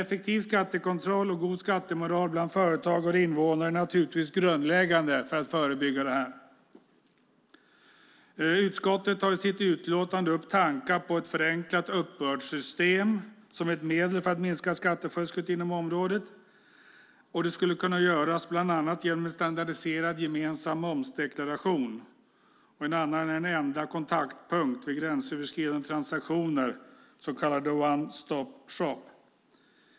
Effektiv skattekontroll och god skattemoral bland företagare och invånare är naturligtvis grundläggande i förebyggande syfte här. Utskottet tar i sitt utlåtande upp tankar på ett förenklat uppbördssystem som ett medel för att minska skattefusket inom området. Det skulle kunna göras bland annat genom en standardiserad gemensam momsdeklaration. En annan sak är att ha en enda kontaktpunkt vid gränsöverskridande transaktioner, så kallad one stop shop.